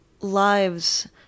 lives